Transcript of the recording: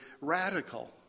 radical